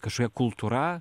kažkokia kultūra